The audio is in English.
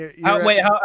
Wait